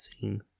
scene